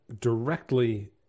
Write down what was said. directly